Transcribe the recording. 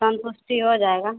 संतुष्टि हो जाएगी